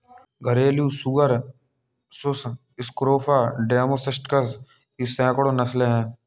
घरेलू सुअर sus scrofa domesticus की सैकड़ों नस्लें हैं